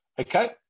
Okay